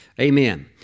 Amen